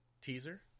teaser